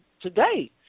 today